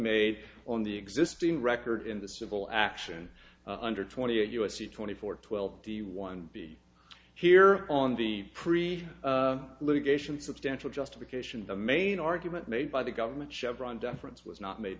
made on the existing record in the civil action under twenty eight u s c twenty four twelve d one b here on the pre litigation substantial justification of the main argument made by the government chevron deference was not made